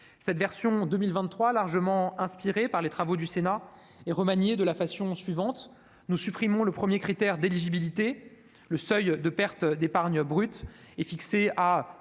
Cette version de 2023, largement inspirée par les travaux du Sénat, a été remaniée de la façon suivante : nous supprimons le premier critère d'éligibilité ; le seuil de perte d'épargne brute est fixé à